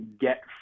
get